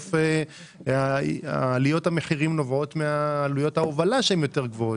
ובסוף עליות המחירים נובעות מעלויות ההובלה שהן יותר גבוהות,